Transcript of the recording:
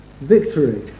victory